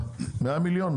100 מיליון?